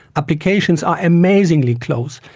applications are amazingly close.